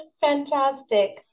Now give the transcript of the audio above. Fantastic